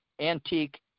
antique